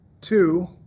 two